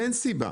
אין סיבה.